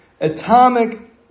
Atomic